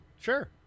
Sure